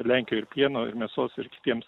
lenkijoj ir pieno ir mėsos ir kitiems